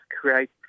create